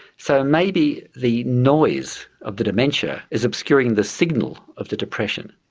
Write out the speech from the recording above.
so maybe the noise of the dementia is obscuring the signal of the depression.